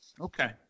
Okay